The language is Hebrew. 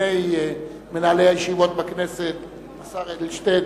אנחנו ממשיכים.